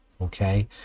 okay